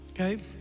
okay